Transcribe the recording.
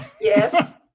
Yes